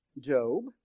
Job